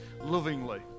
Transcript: lovingly